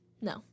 No